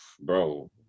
Bro